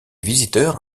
visiteurs